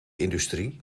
industrie